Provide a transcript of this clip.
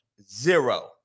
Zero